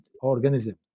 organisms